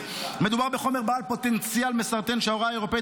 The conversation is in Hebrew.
מדובר בחומר בעל פוטנציאל מסרטן שההוראה האירופאית